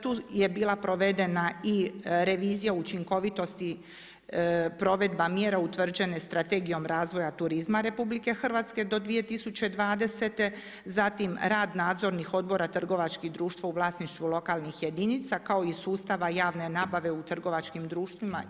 Tu je bila provedena i revizija učinkovitosti provedba mjera utvrđene strategijom razvoja turizma RH do 2020., zatim rad nadzornih odbora trgovačkih društva u vlasništvu lokalnih jedinica, kao i sustava javne nabave u trgovačkim društvima.